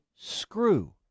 screw